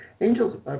angels